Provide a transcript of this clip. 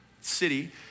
city